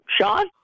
Sean